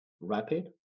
rapid